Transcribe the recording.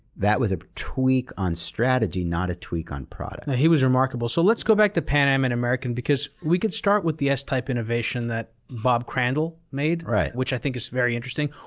that was a tweak on strategy, not a tweak on product. no, he was remarkable. so, let's go back to pan am and american, because we could start with the s-type innovation that bob crandall made, which i think is very interesting.